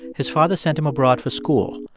his father sent him abroad for school,